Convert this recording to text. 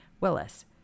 Willis